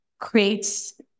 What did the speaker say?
creates